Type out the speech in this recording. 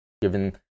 given